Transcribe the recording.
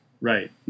Right